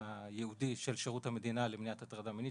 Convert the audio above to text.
הייעודי של שירות המדינה למניעת הטרדה מינית,